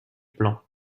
plan